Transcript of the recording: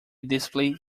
display